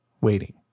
waiting